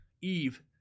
Eve